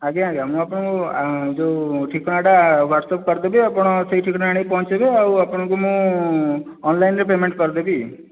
ଆଜ୍ଞା ଆଜ୍ଞା ମୁଁ ଆପଣଙ୍କୁ ଯେଉଁ ଠିକଣାଟା ୱାଟସଅପ କରିଦେବି ଆପଣ ସେଇ ଠିକଣାରେ ଆଣିକି ପହଞ୍ଚାଇବେ ଆଉ ଆପଣଙ୍କୁ ମୁଁ ଅନଲାଇନରେ ପେମେଣ୍ଟ୍ କରିଦେବି